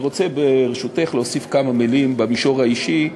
אני רוצה, ברשותך, להוסיף כמה מילים במישור האישי,